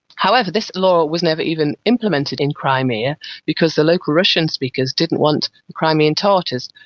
however, this law was never even implemented in crimea because the local russian speakers didn't want the crimean tartars,